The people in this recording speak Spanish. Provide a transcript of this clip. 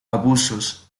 abusos